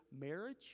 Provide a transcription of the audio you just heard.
marriage